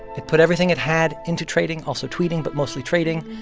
it put everything it had into trading also tweeting but mostly trading.